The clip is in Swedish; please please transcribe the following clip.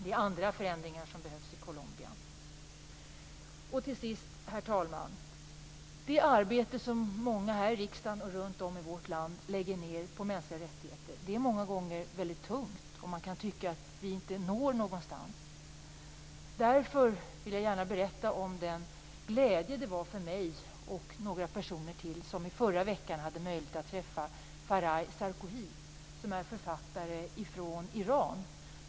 Det är andra förändringar som behövs i Herr talman! Till sist vill jag säga att det arbete som många här i riksdagen och runt om i vårt land lägger ned på mänskliga rättigheter många gånger är väldigt tungt. Man kan tycka att vi inte når någonstans. Därför vill jag gärna berätta om den glädje det var för mig och några personer till när vi i förra veckan hade möjlighet att träffa Faraj Sarkoohi, som är författare från Iran.